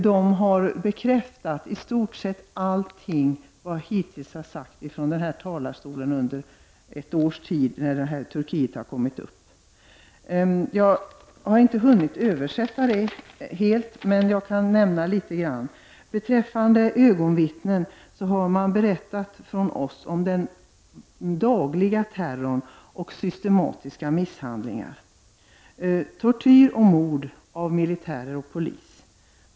De bekräftar i stort sett allt jag hittills under ett års tid har sagt från den här talarstolen i samband med att Turkiet har kommit upp. Jag har inte helt hunnit översätta rapporten, men jag kan nämna något. Beträffande ögonvittnen berättar man om den dagliga terrorn och den systematiska misshandeln. Man skriver om tortyr och mord utförda av militärer och polis.